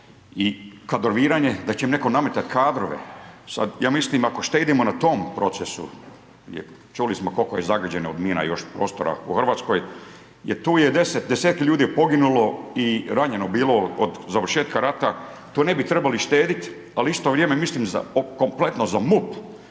i kadroviranje, da će netko nametati kadrove, ja mislim ako štedimo na tom procesu, čuli smo koliko je zagađeno od mina još prostora u RH, je tu je 10 ljudi je poginulo i ranjeno bilo od završetka rata, tu ne bi trebali štediti, ali u isto vrijeme mislim kompletno za MUP